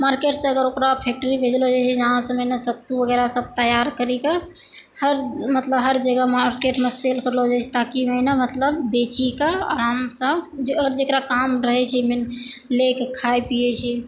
market सऽ अगर ओकरा फेक्ट्री भेजलो गेल रहै यहाँ सऽ ने सत्तू वगेरह सब तैयार करी मतलब हर जगह मार्केटमे सेल करलो जाइ छै ताकि बेची कऽ आराम सऽ जेकरा काम रहै छै ले के खाइ पीये छै